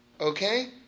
Okay